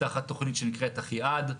תחת תוכנית שנקראת "אחיעד",